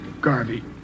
Garvey